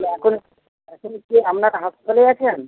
তা এখন এখন কি আপনারা হাসপাতালে আছেন